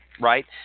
right